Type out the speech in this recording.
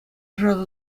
шыраса